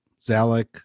Zalek